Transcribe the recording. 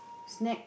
snack